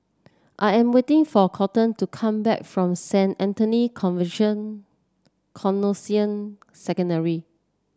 I am waiting for Coleton to come back from Saint Anthony's Conversion Canossian Secondary